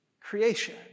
creation